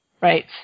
Right